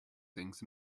things